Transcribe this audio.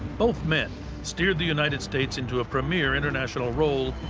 both men steered the united states into a premier international role,